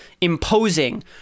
imposing